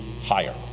higher